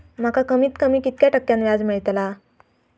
माका कमीत कमी कितक्या टक्क्यान व्याज मेलतला?